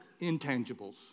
intangibles